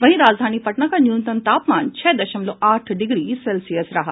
वहीं राजधानी पटना का न्यूनतम तापमान छह दशमलव आठ डिग्री सेल्सियस रहा